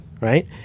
Right